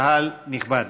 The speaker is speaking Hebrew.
קהל נכבד,